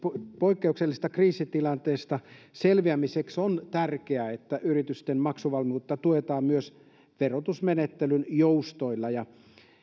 poikkeuksellisesta kriisitilanteesta selviämiseksi on tärkeää että yritysten maksuvalmiutta tuetaan myös verotusmenettelyn joustoilla